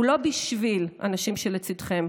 ולא בשביל הנשים שלצידכם,